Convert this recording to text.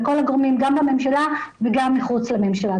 לכל הגורמים גם בממשלה וגם מחוץ לממשלה.